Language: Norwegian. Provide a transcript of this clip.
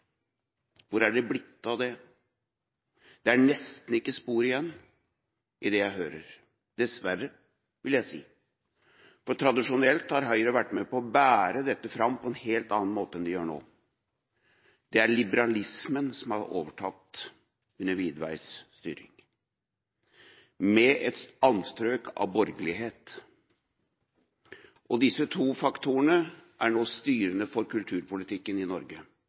Hvor er det blitt av det? Det er nesten ikke spor igjen av det i det jeg hører – dessverre, vil jeg si. Tradisjonelt har Høyre vært med på å bære dette fram på en helt annen måte enn de gjør nå. Det er liberalismen som har overtatt under Widveys styring, med et anstrøk av borgerlighet. Disse to faktorene er nå styrende for kulturpolitikken i Norge